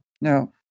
No